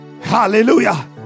hallelujah